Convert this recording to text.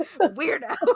weirdo